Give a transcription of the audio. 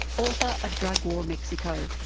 author of drug war mexico.